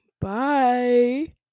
Bye